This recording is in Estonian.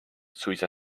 suisa